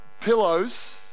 pillows